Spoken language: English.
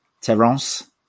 Terence